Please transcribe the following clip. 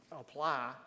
apply